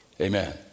Amen